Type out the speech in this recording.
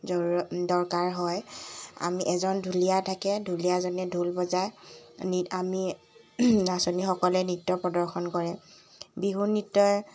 জৰু দৰকাৰ হয় আমি এজন ঢুলীয়া থাকে ঢুলীয়াজনে ঢোল বজায় নি আমি নাচনিসকলে নৃত্য প্ৰদৰ্শন কৰে বিহু নৃত্যই